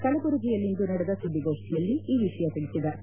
ಕಲಬುರಗಿಯಲ್ಲಿಂದು ನಡೆದ ಸುದ್ವಿಗೋಷ್ಠಿಯಲ್ಲಿ ಈ ವಿಷಯ ತಿಳಿಸಿದ ಕೆ